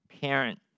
parent